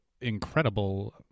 incredible